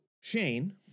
Shane